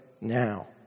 now